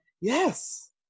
yes